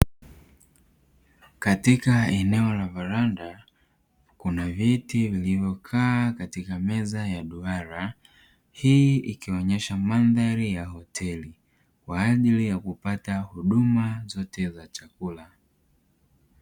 Katika eneo la varanda, kuna viti vilivyokaa katika meza ya duara, hii ikionyesha mandhari ya hoteli kwa ajili ya kupata huduma zote za chakula.